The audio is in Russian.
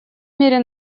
мере